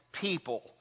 people